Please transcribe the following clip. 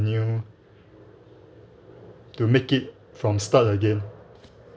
new to make it from start again